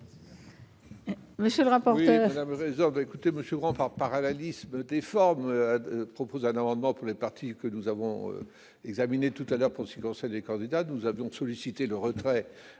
Monsieur le rapporteur,